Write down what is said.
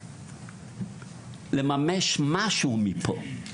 כדי לממש משהו מפה.